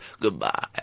Goodbye